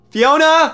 Fiona